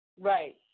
Right